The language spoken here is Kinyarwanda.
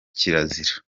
kirazira